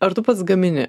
ar tu pats gamini